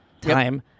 time